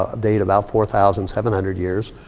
ah date about four thousand seven hundred years.